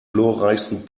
glorreichsten